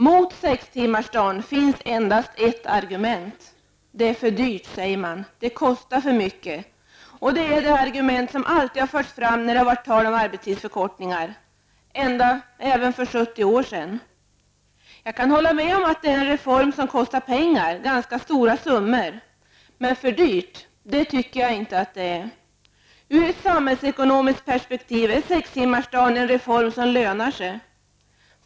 Mot sextimmarsdagen finns endast ett argument. Den är för dyr, säger man. Den kostar för mycket. Och det är det argument som alltid har förts fram när det har varit tal om arbetstidsförkortningar, även för 70 år sedan. Jag kan hålla med om att det är en reform som kostar pengar, ganska stora summor, men att den skulle vara för dyr tycker jag inte. Ur ett samhällsekonomiskt perspektiv är sextimmarsdagen en reform som lönar sig.